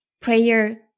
prayer